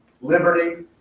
liberty